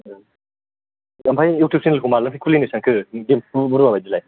अ ओमफ्राय इउटुब चेनेलखौ माब्लानिफ्राय खुलिनो सानखो दिम्पु बरुवा बायदिलाय